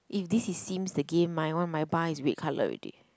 if this is Sims the game my one my bar is red colour already